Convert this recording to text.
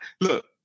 look